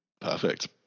Perfect